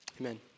amen